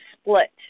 split